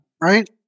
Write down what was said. Right